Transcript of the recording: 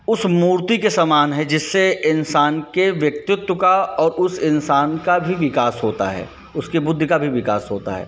उस मूर्ती के सामान है जिससे इंसान के व्यक्तित्व का और उस इंसान का भी विकास होता है उसकी बुद्धि का भी विकास होता है